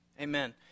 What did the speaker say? Amen